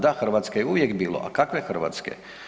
Da, Hrvatske je uvijek bilo, a kakve Hrvatske?